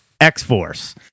x-force